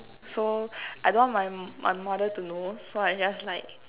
so I don't want my my mother to know so I just like